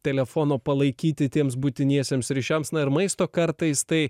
telefono palaikyti tiems būtiniesiems ryšiams na ir maisto kartais tai